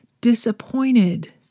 disappointed